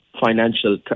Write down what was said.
financial